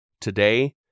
today